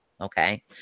Okay